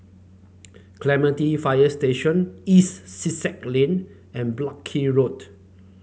Clementi Fire Station East Sussex Lane and Buckley Road